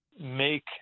make